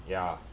ya